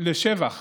לשבח